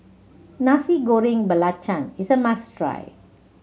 Nasi Goreng Belacan is a must try